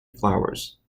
flowers